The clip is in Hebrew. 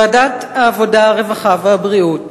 ועדת העבודה, הרווחה והבריאות